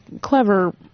clever